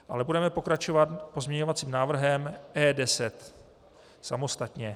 Ale budeme pokračovat pozměňovacím návrhem E10 samostatně.